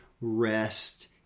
rest